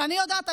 אני יודעת,